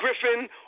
Griffin